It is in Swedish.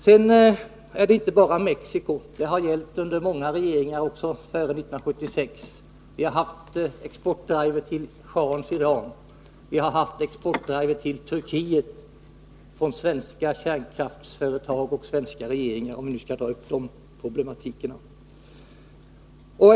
Det är inte bara fråga om Mexico. Vi har haft exportdrivar i schahens Iran och i Turkiet från svenska kärnkraftsföretag och svenska regeringar — också före 1976 — om vi nu skall ta upp den problematiken.